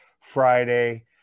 Friday